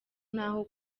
ntaho